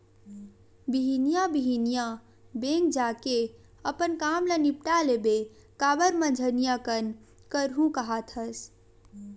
बिहनिया बिहनिया बेंक जाके अपन काम ल निपाट लेबे काबर मंझनिया कन करहूँ काहत हस